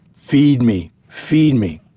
feed me, feed me,